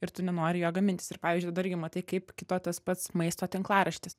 ir tu nenori jo gamintis ir pavyzdžiui irgi matai kaip kito tas pats maisto tinklaraštis